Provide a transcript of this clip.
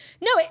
No